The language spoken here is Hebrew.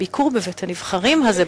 הביקור בבית-הנבחרים הזה,